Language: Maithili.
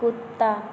कुत्ता